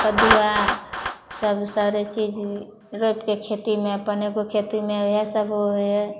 कददुआ सब सारे चीज रोपिके खेतीमे अपन एगो खेतमे वएह सब होइ हइ